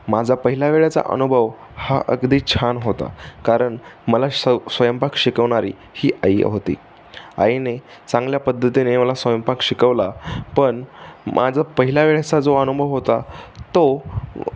माझा पहिला वेळाचा अनुभव हा अगदी छान होता कारण मला श स्वयंपाक शिकवणारी ही आई होती आईने चांगल्या पद्धतीने मला स्वयंपाक शिकवला पण माझं पहिला वेळेचा जो अनुभव होता तो